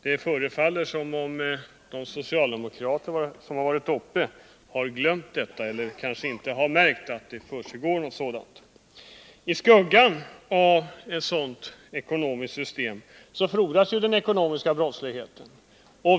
Det förefaller som om de socialdemokrater som yttrat sig har glömt detta eller kanske inte har märkt att det försiggår något sådant. I skuggan av ett ekonomiskt system som detta frodas ju den ekonomiska brottsligheten.